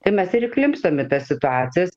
tai mes ir įklimpstam į tas situacijas